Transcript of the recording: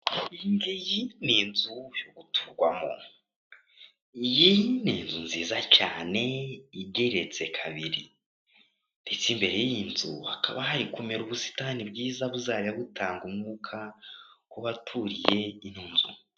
Iyi ngiyi ni inzu yo guturwamo. Iyi ni inzu nziza cyane igeretse kabiri ndetse imbere y'iyi nzu, hakaba hari kumera ubusitani bwiza buzajya butanga umwuka ku baturiye iyi nzu.